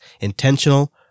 intentional